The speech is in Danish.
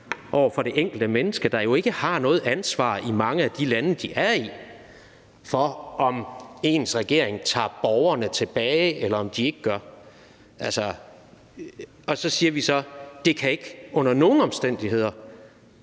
over for det enkelte menneske, der jo ikke har noget ansvar i mange af de lande, de bor i, for, om deres regering tager udrejste borgere tilbage, eller om den ikke gør. Og så siger vi så: Det kan ikke under nogen omstændigheder,